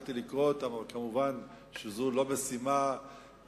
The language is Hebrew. התחלתי לקרוא אותם, אבל כמובן זו לא משימה אפשרית.